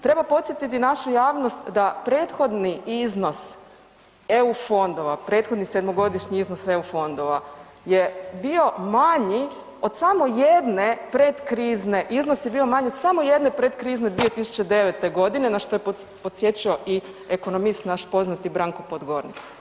Treba podsjetiti našu javnost da prethodni iznos EU fondova, prethodni sedmogodišnji iznos Eu fondova je bio manji od samo jedne pretkrizne, iznos je bio manji od samo jedne pretkrizne 2009. godine na što je podsjećao i ekonomist naš poznati Branko Podgornik.